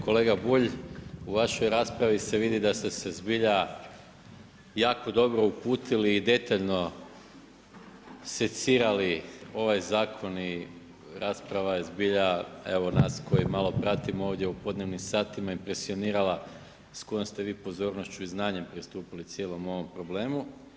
Kolega Bulj u vašoj raspravi se vidi da ste se zbilja jako dobro uputili i detaljno secirali ovaj zakon i rasprava je zbilja, evo nas koji malo pratimo ovdje u podnevnim satima impresionirala sa kojom ste vi pozornošću i znanjem pristupili cijelom ovom problemu.